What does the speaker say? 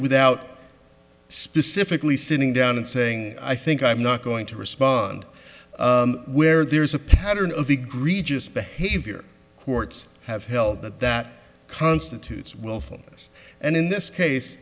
without specifically sitting down and saying i think i'm not going to respond where there's a pattern of egregious behavior courts have held that that constitutes willfulness and in this case